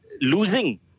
losing